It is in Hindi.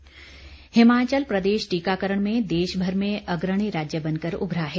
टीकाकरण हिमाचल प्रदेश टीकाकरण में देशभर में अग्रणी राज्य बनकर उभरा है